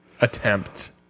attempt